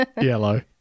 Yellow